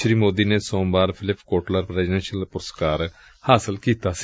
ਸ੍ੀ ਮੋਦੀ ਨੇ ਸੋਮਵਾਰ Philip Kotler presidential ਪੁਰਸਕਾਰ ਹਾਸਲ ਕੀਤਾ ਸੀ